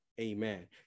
Amen